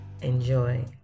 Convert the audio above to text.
enjoy